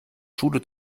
schule